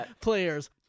Players